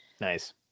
Nice